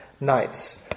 knights